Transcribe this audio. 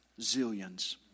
zillions